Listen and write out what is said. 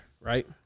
right